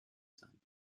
sein